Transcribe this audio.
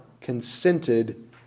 consented